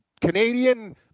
Canadian